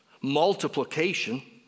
multiplication